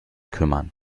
kümmern